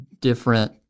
different